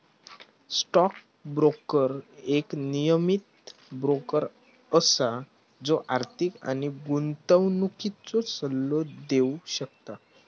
stock broker एक नियमीत broker असा जो आर्थिक आणि गुंतवणुकीचो सल्लो देव शकता